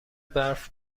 برف